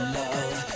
love